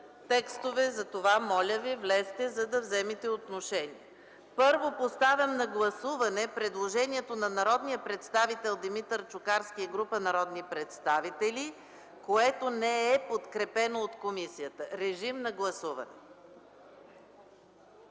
текста, моля, влезте в залата, за да вземете отношение! Първо поставям на гласуване предложението на народния представител Димитър Чукарски и група народни представители, което не е подкрепено от комисията. Гласували